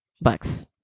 bucks